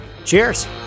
Cheers